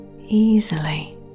easily